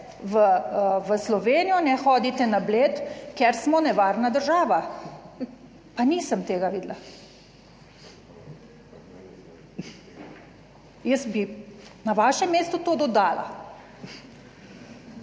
v Slovenijo, ne hodite na Bled, ker smo nevarna država, pa nisem tega videla. Jaz bi na vašem mestu to dodala.